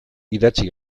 idatzi